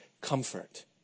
comfort